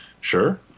Sure